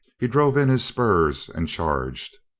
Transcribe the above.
he drove in his spurs and charged.